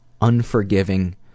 unforgiving